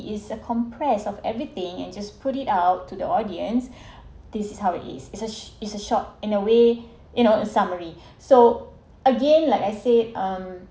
is a compressed of everything and just put it out to the audience this is how it is is a is a short in a way you know the summary so again like I say um